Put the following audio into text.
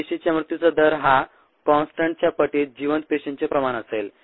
पेशींच्या मृत्यूचा दर हा काॅन्सटंटच्या पटित जिवंत पेशींचे प्रमाण असेल